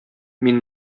мин